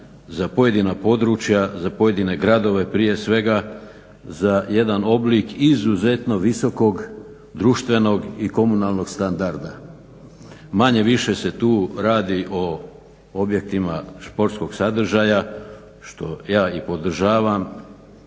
za pojedina područja za pojedine gradove prije svega, za jedan oblik izuzetno visokog društvenog i komunalnog standarda. Manje-više se tu radi o objektima sportskog sadržaja što ja i podržavam,